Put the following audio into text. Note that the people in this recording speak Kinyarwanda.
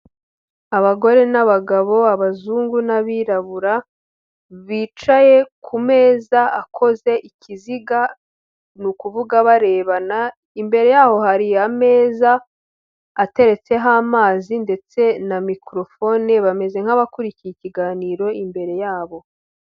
Abagore n'abagabo, abazungu n'abirabura, bicaye kumeza akoze ikiziga, ni ukuvuga barebana, imbere yaboho hari ameza ateretseho amazi ndetse na mikorofone, bameze nk'abakurikiye ikiganiro imbere yabo.